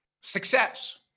success